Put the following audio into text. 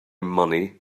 money